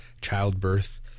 childbirth